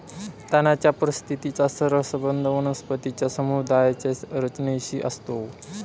तणाच्या परिस्थितीचा सरळ संबंध वनस्पती समुदायाच्या रचनेशी असतो